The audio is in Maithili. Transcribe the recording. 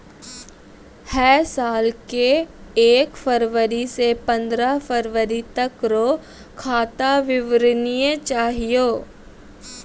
है साल के एक फरवरी से पंद्रह फरवरी तक रो खाता विवरणी चाहियो